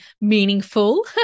meaningful